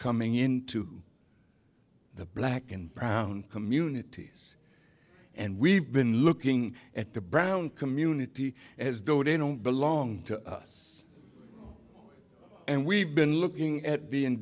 coming into the black and brown communities and we've been looking at the brown community as though they don't belong to us and we've been looking at